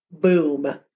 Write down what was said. Boom